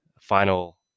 final